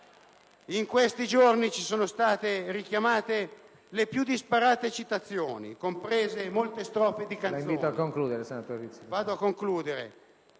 In questi giorni sono state richiamate le più disparate citazioni, comprese molti versi di canzoni, da Enzo